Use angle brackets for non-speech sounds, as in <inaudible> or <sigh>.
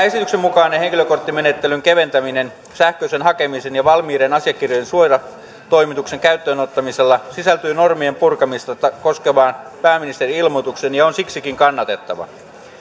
<unintelligible> esityksen mukainen henkilökorttimenettelyn keventäminen sähköisen hakemisen ja valmiiden asiakirjojen suoratoimituksen käyttöön ottamisella sisältyy normien purkamista koskevaan pääministerin ilmoitukseen ja on siksikin kannatettava